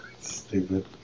Stupid